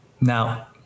now